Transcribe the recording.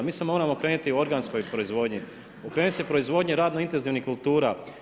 Mi se moramo okrenuti u organskoj proizvodnji, okrenuti se proizvodnji radno intenzivnih kultura.